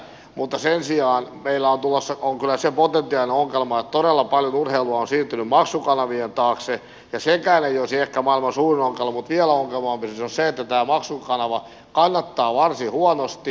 mutta sen sijaan meillä on kyllä se potentiaalinen ongelma että todella paljon urheilua on siirtynyt maksukanavien taakse ja sekään ei ehkä olisi maailman suurin ongelma mutta vielä ongelmallisempaa on se että tämä maksukanava kannattaa varsin huonosti